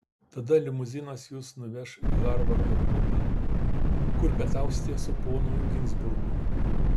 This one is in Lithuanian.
tada limuzinas jus nuveš į harvardo klubą kur pietausite su ponu ginzburgu